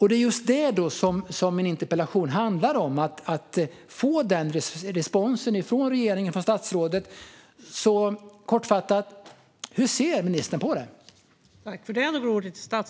Det är just det som min interpellation handlar om, alltså att få den responsen från regeringen och statsrådet. Kortfattat: Hur ser ministern på det här?